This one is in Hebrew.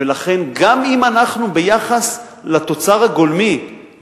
ולכן גם אם ביחס לתוצר הגולמי אנחנו